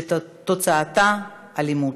שתוצאתה אלימות.